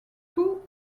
tout